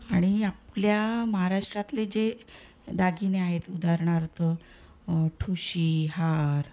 आणि आपल्या महाराष्ट्रातले जे दागिने आहेत उदाहरणार्थ ठुशी हार